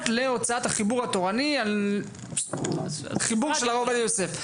להוצאת החיבור התורני על חיבור של הרב עובדיה יוסף.